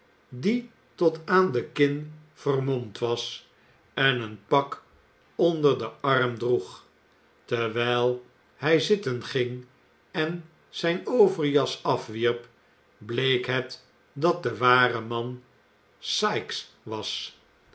die tot aan de kin vermomd was en een pak onder den arm droeg terwijl hij zitten ging en zijn overjas afwierp bleek het dat de ware man sikes was